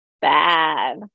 bad